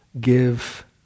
give